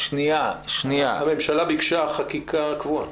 הממשלה ביקשה חקיקה קבועה.